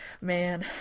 Man